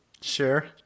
Sure